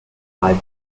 five